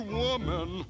woman